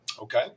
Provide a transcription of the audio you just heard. Okay